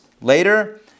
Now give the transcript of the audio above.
later